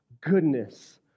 goodness